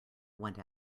went